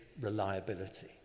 reliability